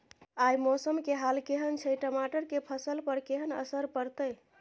आय मौसम के हाल केहन छै टमाटर के फसल पर केहन असर परतै?